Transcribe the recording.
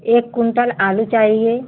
एक कुंटल आलू चाहिए